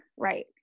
right